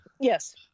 yes